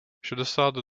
šedesát